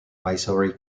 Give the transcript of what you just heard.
mysore